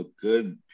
good